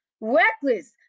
reckless